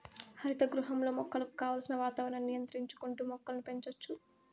హరిత గృహంలో మొక్కలకు కావలసిన వాతావరణాన్ని నియంత్రించుకుంటా మొక్కలను పెంచచ్చు